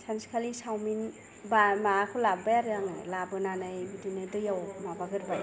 सानसेखालि सावमिन माबाखौ लाबोबाय आरो आङो लाबोनानै बिदिनो दैयाव माबागोरबाय